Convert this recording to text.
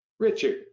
Richard